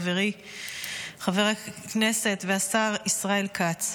חברי חבר הכנסת והשר ישראל כץ,